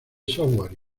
software